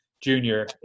junior